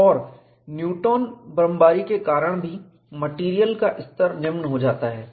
और न्यूट्रॉन बमबारी के कारण भी मटेरियल का स्तर निम्न हो जाता है